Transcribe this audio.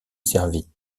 servi